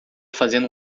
fazendo